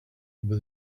but